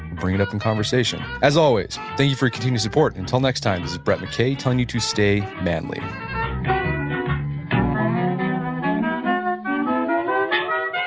bring it up in conversation. as always, thank you for continuing to support, until next time this is brett mckay telling you to stay manly um